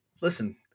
listen